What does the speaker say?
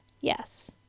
Yes